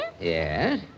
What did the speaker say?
Yes